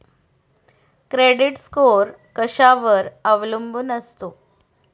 Credit score कशावर अवलंबून असतो?